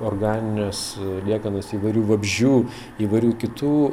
organines liekanas įvairių vabzdžių įvairių kitų